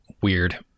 Weird